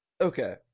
Okay